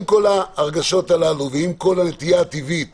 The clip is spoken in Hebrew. עם כל הרגשות הללו ועם כל הנטייה הטבעית